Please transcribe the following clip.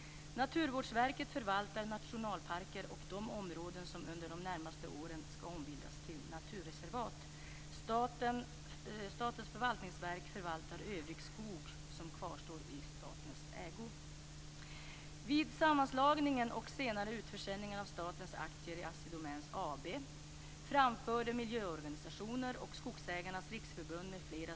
Naturvårdsverket förvaltar nationalparker och de områden som under de närmaste åren skall ombildas till naturreservat. Statens förvaltningsverk förvaltar övrig skog som kvarstår i statens ägo.